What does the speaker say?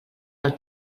del